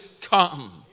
come